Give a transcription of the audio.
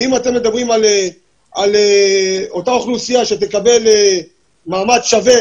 אם אתם מדברים על אותה אוכלוסייה שתקבל מעמד שווה